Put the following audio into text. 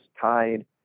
tied